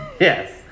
Yes